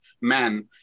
man